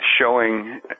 showing